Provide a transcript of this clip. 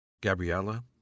Gabriella